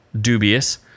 dubious